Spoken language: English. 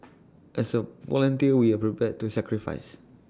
as A volunteer we are prepared to sacrifice